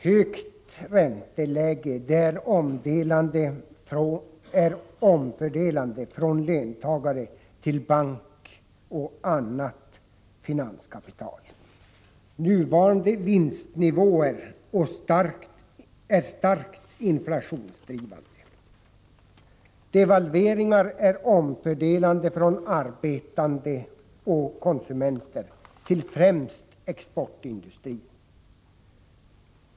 Herr talman! Högt ränteläge är omfördelande från löntagare till bankoch annat finanskapital. Nuvarande vinstnivåer är starkt inflationsdrivande. Devalveringar är omfördelande från arbetande och konsumenter till främst exportindustrin.